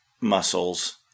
muscles –